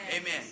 Amen